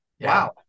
Wow